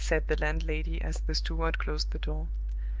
said the landlady, as the steward closed the door.